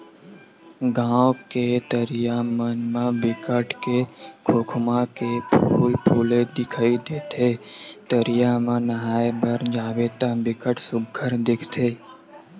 गाँव के तरिया मन म बिकट के खोखमा के फूल फूले दिखई देथे, तरिया म नहाय बर जाबे त बिकट सुग्घर दिखथे